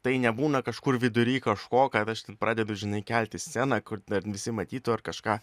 tai nebūna kažkur vidury kažko kad aš ten pradedu žinai kelti sceną kur ar visi matytų ar kažką